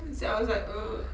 see I was like err